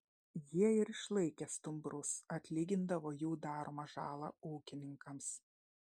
jie ir išlaikė stumbrus atlygindavo jų daromą žalą ūkininkams